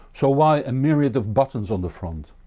so why a myriad of buttons on the front.